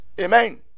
Amen